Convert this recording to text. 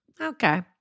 okay